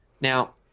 Now